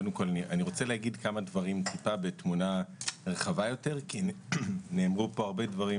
אני אגיד כמה דברים בתמונה רחבה יותר כי נאמרו פה הרבה דברים